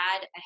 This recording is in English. add